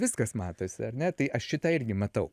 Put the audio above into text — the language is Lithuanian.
viskas matosi ar ne tai aš šitą irgi matau